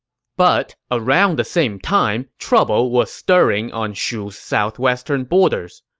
but around the same time, trouble was stirring on shu's southwestern borders.